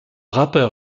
rappeur